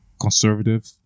conservative